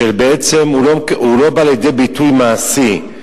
שבעצם הוא לא בא לידי ביטוי מעשי,